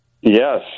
Yes